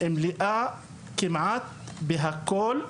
מלאה כמעט בכל,